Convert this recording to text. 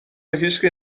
هیشکی